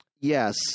Yes